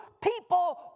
people